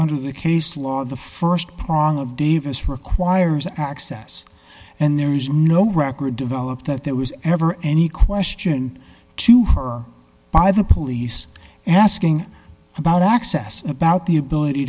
under the case law the st prong of davis requires access and there is no record developed that there was ever any question to her by the police asking about access about the ability